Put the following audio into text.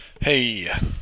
Hey